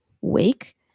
wake